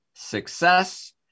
Success